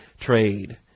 trade